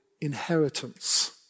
inheritance